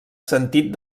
sentit